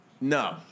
No